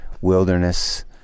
wilderness